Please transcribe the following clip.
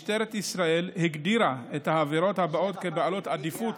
משטרת ישראל הגדירה את העבירות הבאות כבעלות עדיפות